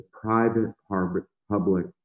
private-public